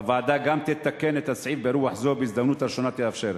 הוועדה גם תתקן את הסעיף ברוח זו בהזדמנות הראשונה שתתאפשר.